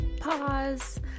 Pause